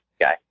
guy